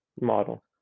model